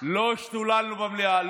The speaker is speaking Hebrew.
לא השתוללנו במליאה,